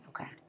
Okay